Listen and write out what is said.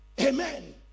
amen